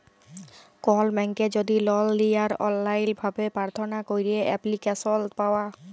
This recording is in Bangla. কল ব্যাংকে যদি লল লিয়ার অললাইল ভাবে পার্থনা ক্যইরে এপ্লিক্যাসল পাউয়া